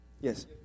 Yes